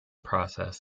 process